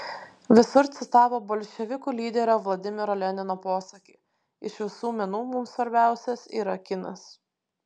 visur citavo bolševikų lyderio vladimiro lenino posakį iš visų menų mums svarbiausias yra kinas